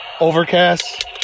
Overcast